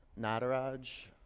Nataraj